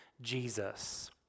Jesus